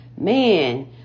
man